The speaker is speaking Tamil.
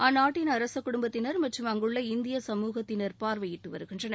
அந்நாட்டின் அரசு குடும்பத்தினர் மற்றும் அங்குள்ள இந்திய சமூகத்தினர் பார்வையிட்டு வருகின்றனர்